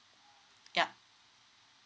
ya